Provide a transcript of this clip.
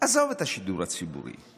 עזוב את השידור הציבורי,